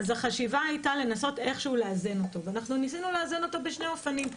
אז החשיבה הייתה לנסות לאזן אותו וניסינו לאזן אותו בשני אופנים.